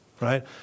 right